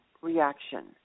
reaction